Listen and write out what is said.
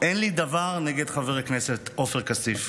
אין לי דבר נגד חבר הכנסת עופר כסיף.